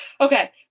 okay